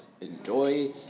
enjoy